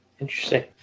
Interesting